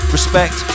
Respect